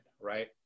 right